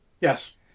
Yes